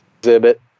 exhibit